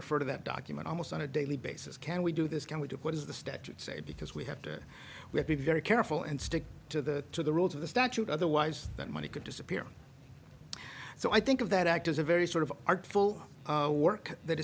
refer to that document almost on a daily basis can we do this can we do what is the statute say because we have to be very careful and stick to the to the rules of the statute otherwise that money could disappear so i think of that act as a very sort of artful work that